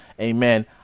Amen